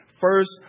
First